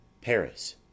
Paris